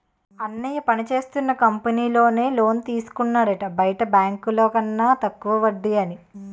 అన్నయ్య పనిచేస్తున్న కంపెనీలో నే లోన్ తీసుకున్నాడట బయట బాంకుల కన్న తక్కువ వడ్డీ అని